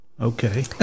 Okay